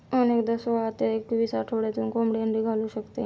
अनेकदा सोळा ते एकवीस आठवड्यात कोंबडी अंडी घालू शकते